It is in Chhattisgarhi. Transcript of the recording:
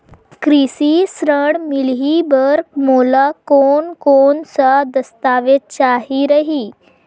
कृषि ऋण मिलही बर मोला कोन कोन स दस्तावेज चाही रही?